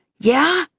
yeah?